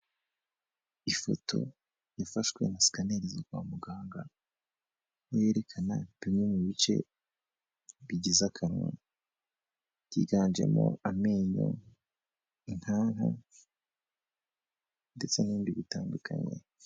Ifoto yafashwe na scanner yo kwa muganga, yerekana bimwe mu bice bigize akanwa, byiganjemo amenyo inkanka ndetse n'ibindi bitandukanye.